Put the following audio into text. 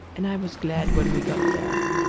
and i was glad when we got there,